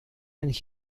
and